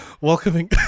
welcoming